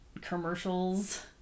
commercials